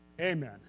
Amen